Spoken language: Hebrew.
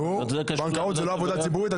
נו, בנקאות זה לא עבודה ציבורית?